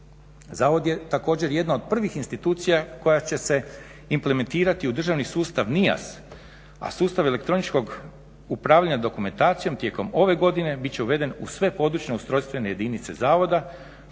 Zavod je također jedna od prvih institucija koja će se implementirati u državni sustav NIAS, a sustav elektroničkog upravljanja dokumentacijom tijekom ove godine bit će uveden u sve područne ustrojstvene jedinice zavoda